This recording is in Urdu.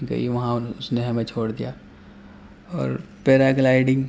گئی وہاں اس نے ہمیں چھوڑ دیا اور پیرا گلائڈنگ